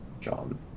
John